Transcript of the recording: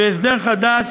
בהסדר חדש,